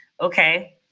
Okay